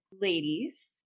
Ladies